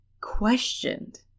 questioned